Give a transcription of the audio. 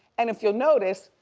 and if you'll notice,